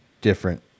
different